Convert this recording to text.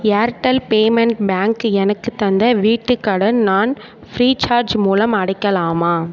Airtel payment bank எனக்குத் தந்த வீட்டுக் கடன் நான் ஃப்ரீசார்ஜ் மூலம் அடைக்கலாமா